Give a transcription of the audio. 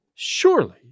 Surely